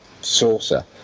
saucer